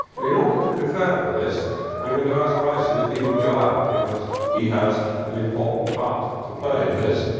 and in order to prepare for this i'm going to ask bryson if he will go out. because he has an important part to play in this.